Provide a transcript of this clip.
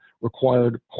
required